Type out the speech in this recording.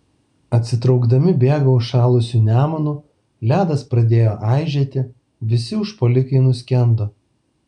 atsitraukdami bėgo užšalusiu nemunu ledas pradėjo aižėti visi užpuolikai nuskendo